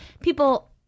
people